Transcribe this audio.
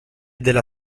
della